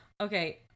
Okay